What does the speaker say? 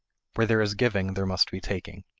where there is giving there must be taking.